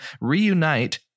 reunite